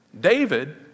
David